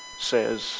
says